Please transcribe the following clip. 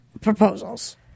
proposals